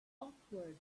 awkward